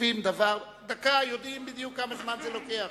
כשכותבים דבר יודעים בדיוק כמה זמן זה לוקח.